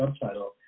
subtitle